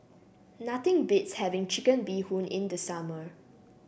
nothing beats having Chicken Bee Hoon in the summer